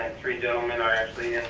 three gentleman are actually